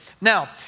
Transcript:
Now